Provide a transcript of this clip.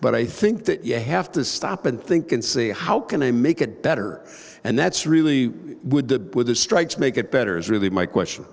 but i think that you have to stop and think and say how can i make it better and that's really would the with the strikes make it better is really my question